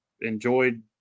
enjoyed